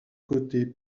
côté